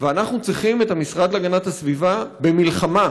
ואנחנו צריכים את המשרד להגנת הסביבה במלחמה,